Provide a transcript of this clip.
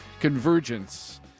Convergence